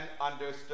understood